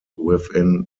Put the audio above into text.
within